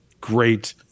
great